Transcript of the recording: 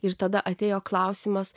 ir tada atėjo klausimas